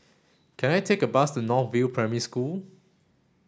can I take a bus to North View Primary School